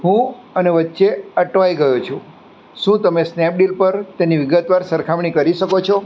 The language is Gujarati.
હું અને વચ્ચે અટવાઈ ગયો છું શું તમે સ્નેપડીલ પર તેની વિગતવાર સરખામણી કરી શકો છો